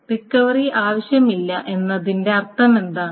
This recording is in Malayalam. റിക്കവറി ആവശ്യമില്ല എന്നതിന്റെ അർത്ഥമെന്താണ്